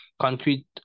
concrete